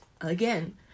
again